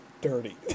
dirty